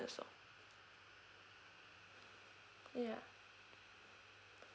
also ya